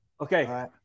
okay